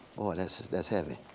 ah and that's, that's heavy.